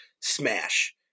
smash